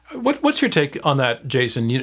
what's what's your take on that, jason? yeah